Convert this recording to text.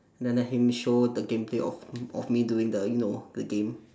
and then let him show the gameplay of of me doing the you know the game